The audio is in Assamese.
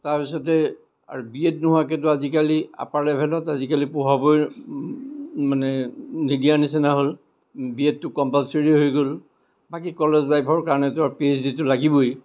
তাৰপিছতে আৰু বি এড নোহোৱাকেটো আজিকালি আপাৰ লেভেলত আজিকালি পঢ়াবই মানে নিদিয়াৰ নিচিনা হ'ল বি এডটো কম্পালচৰিয়ে হৈ গ'ল বাকী কলেজ লাইফৰ কাৰণেটো আৰু পি এইছ ডিটো লাগিবই